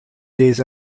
days